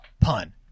Pun